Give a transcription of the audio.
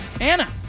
Anna